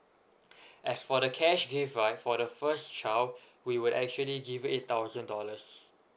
as for the cash gift right for the first child we would actually give it eight thousand dollars